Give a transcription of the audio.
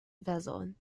vazon